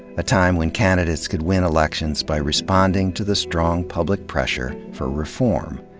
a time when candidates could win elections by responding to the strong public pressure for reform.